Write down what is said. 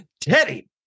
Teddy